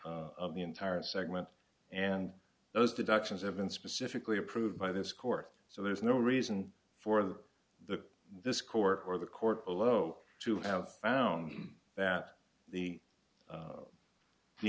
of the entire segment and those deductions have been specifically approved by this court so there's no reason for the the this court or the court below to have found that the